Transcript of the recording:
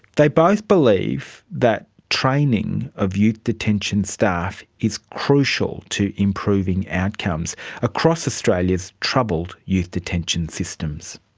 they both believe that training of youth detention staff is crucial to improving outcomes across australia's troubled youth detention systems.